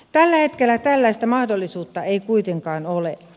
tällä hetkellä tällaista mahdollisuutta ei kuitenkaan ole